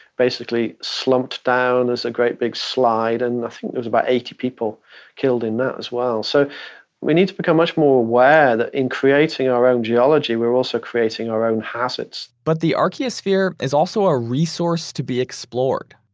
basically slumped down as a great big slide and i think there's about eighty people killed in that as well. so we need to become much more aware that in creating our own geology we're also creating our own hazards. but the archaeosphere is also a resource to be explored.